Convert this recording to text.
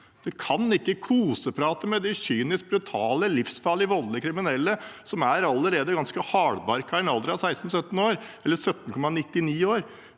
Vi kan ikke koseprate med de kyniske, brutale, livsfarlige, voldelige kriminelle som allerede er ganske hardbarka i en alder av 16–17 år, eller 17,99 år